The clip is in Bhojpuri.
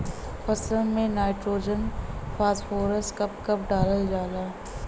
फसल में नाइट्रोजन फास्फोरस कब कब डालल जाला?